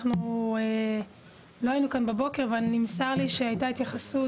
אנחנו לא היינו כאן בבוקר ונמסר לי שהייתה התייחסות